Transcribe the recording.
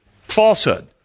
falsehood